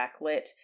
backlit